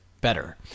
better